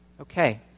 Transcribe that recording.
okay